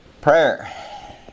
Prayer